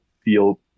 feel